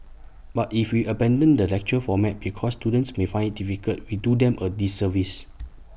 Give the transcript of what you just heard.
but if we abandon the lecture format because students may find IT difficult we do them A disservice